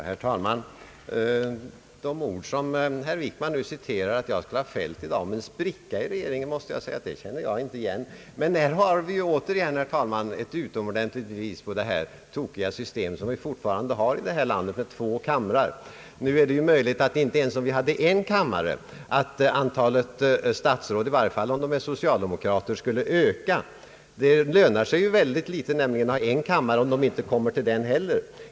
Herr talman! De ord som herr Wickman nu citerade att jag skulle ha fällt om en spricka i regeringen känner jag inte igen. Här har vi återigen, herr talman, ett utomordentligt bevis på det tokiga system som vi har i vårt land med två kamrar. Nu är det möjligt att antalet närvarande statsråd, i varje fall om de är socialdemokrater, inte skulle öka även om vi hade bara en kammare. Det lönar sig ju föga att ha en enda kammare om de inte kommer till den heller.